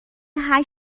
هشت